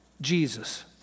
Jesus